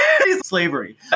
slavery